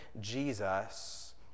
Jesus